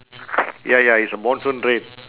ya ya it's a monsoon drain